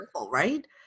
right